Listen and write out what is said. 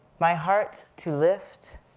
my heart, to lift,